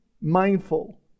mindful